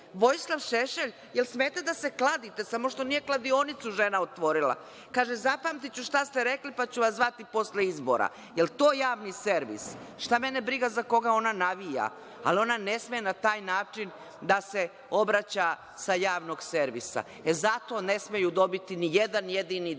Vojislav Šešelj, jel smete da se kladite. Samo što nije kladionicu žena otvorila. Kaže – zapamtiću šta ste rekli, pa ću vas zvati posle izbora. Jel to javni servis? Šta me briga za koga ona navija, ali ona ne sme na taj način da se obraća sa javnog servisa. Zato ne smeju dobiti ni jedan jedini dinar.